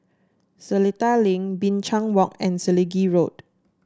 Seletar Link Binchang Walk and Selegie Road